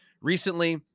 recently